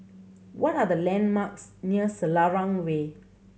what are the landmarks near Selarang Way